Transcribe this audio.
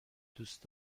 دوست